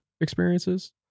experiences